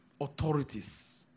authorities